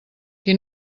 qui